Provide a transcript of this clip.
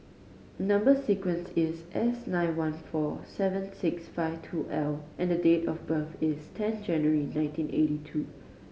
number sequence is S nine one four seven six five two L and date of birth is ten January nineteen eighty two